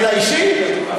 ידע אישי?